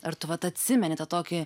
ar tu vat atsimeni tą tokį